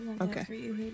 Okay